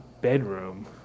bedroom